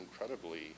incredibly